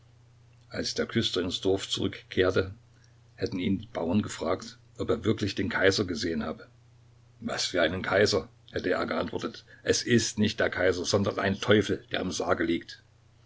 als der küster ins dorf zurückkehrte hätten ihn die bauern gefragt ob er wirklich den kaiser gesehen habe was für einen kaiser hätte er geantwortet es ist nicht der kaiser sondern ein teufel der im sarge liegt